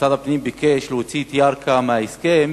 משרד הפנים ביקש להוציא את ירכא מההסכם,